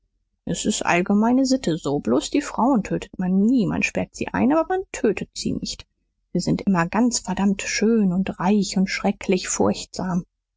s ist allgemeine sitte so bloß die frauen tötet man nie man sperrt sie ein aber man tötet sie nicht sie sind immer ganz verdammt schön und reich und schrecklich furchtsam